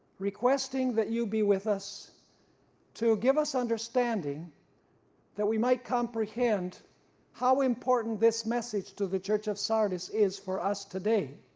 requesting that you be with us to give us understanding that we might comprehend how important this message to the church of sardis is for us today.